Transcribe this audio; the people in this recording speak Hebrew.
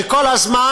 וכל הזמן